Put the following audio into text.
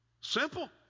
Simple